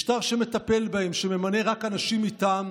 'מטפל' בהם, שממנה רק אנשים מטעם,